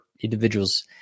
individuals